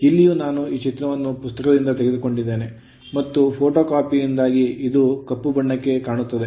ಇಲ್ಲಿಯೂ ನಾನು ಈ ಚಿತ್ರವನ್ನು ಪುಸ್ತಕದಿಂದ ತೆಗೆದುಕೊಂಡಿದ್ದೇನೆ ಮತ್ತು ಫೋಟೋಕಾಪಿಯಿಂದಾಗಿ ಇದು ಕಪ್ಪು ಬಣ್ಣಕ್ಕೆ ಕಾಣುತ್ತದೆ